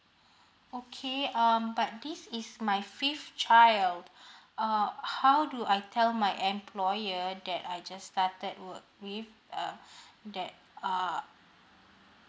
okay um but this is my fifth child uh uh how do I tell my employer that I just started work leave uh that uh